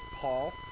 Paul